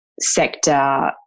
sector